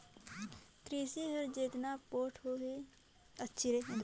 किरसी हर जेतना पोठ होही उहां रोजगार बगरा मिलथे